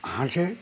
হাসের